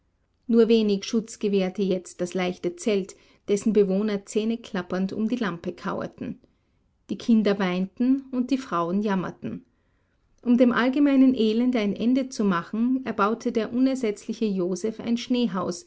nur wenig schutz gewährte jetzt das leichte zelt dessen bewohner zähneklappernd um die lampe kauerten die kinder weinten und die frauen jammerten um dem allgemeinen elend ein ende zu machen erbaute der unersetzliche joseph ein